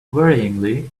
worryingly